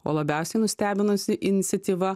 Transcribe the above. o labiausiai nustebinusi iniciatyva